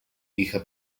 hija